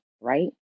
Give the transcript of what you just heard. right